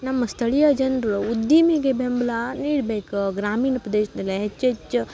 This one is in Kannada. ನಮ್ಮ ಸ್ಥಳೀಯ ಜನರು ಉದ್ದಿಮೆಗೆ ಬೆಂಬಲ ನೀಡ್ಬೇಕು ಗ್ರಾಮೀಣ ಪ್ರದೇಶದಲ್ಲಿ ಹೆಚ್ಚೆಚ್ಚು